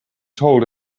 told